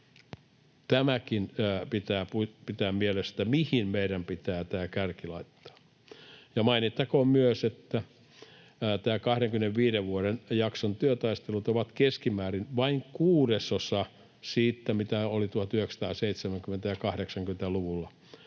Tämäkin pitää pitää mielessä, mihin meidän pitää tämä kärki laittaa. Mainittakoon myös, että tämän 25 vuoden jakson työtaistelut ovat keskimäärin vain kuudesosa siitä, mitä ne olivat 1970- ja 1980-luvuilla,